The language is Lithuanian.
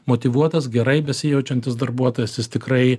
motyvuotas gerai besijaučiantis darbuotojas jis tikrai